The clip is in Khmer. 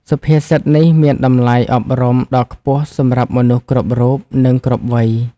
សុភាសិតនេះមានតម្លៃអប់រំដ៏ខ្ពស់សម្រាប់មនុស្សគ្រប់រូប និងគ្រប់វ័យ។